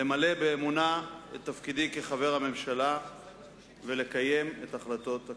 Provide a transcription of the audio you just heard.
למלא באמונה את תפקידי כחבר הממשלה ולקיים את החלטות הכנסת.